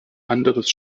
anderes